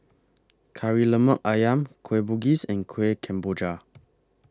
Kari Lemak Ayam Kueh Bugis and Kueh Kemboja